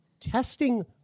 testing